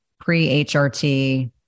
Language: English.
pre-HRT